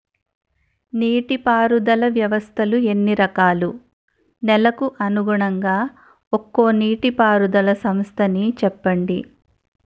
నీటి పారుదల వ్యవస్థలు ఎన్ని రకాలు? నెలకు అనుగుణంగా ఒక్కో నీటిపారుదల వ్వస్థ నీ చెప్పండి?